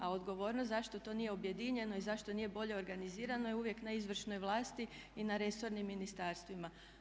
A odgovornost zašto to nije objedinjeno i zašto nije bolje organizirano je uvijek na izvršnoj vlasti i na resornim ministarstvima.